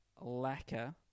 Lacquer